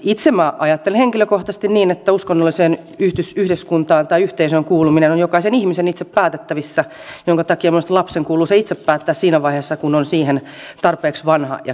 itse minä ajattelen henkilökohtaisesti niin että uskonnolliseen yhdyskuntaan tai yhteisöön kuuluminen on jokaisen ihmisen itse päätettävissä minkä takia minusta lapsen kuuluu se itse päättää siinä vaiheessa kun on siihen tarpeeksi vanha ja kykenevä